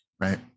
right